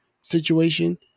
situation